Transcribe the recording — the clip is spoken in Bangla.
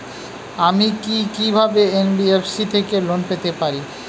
আমি কি কিভাবে এন.বি.এফ.সি থেকে লোন পেতে পারি?